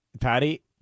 Patty